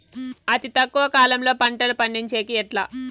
అతి తక్కువ కాలంలో పంటలు పండించేకి ఎట్లా?